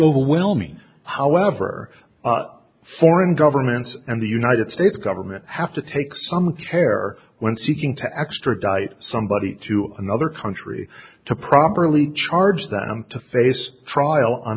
overwhelming however foreign governments and the united states government have to take some terror when seeking to extradite somebody to another country to properly charge them to face trial on